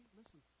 listen